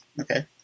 okay